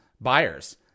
buyers